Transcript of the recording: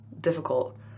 difficult